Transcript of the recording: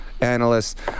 analysts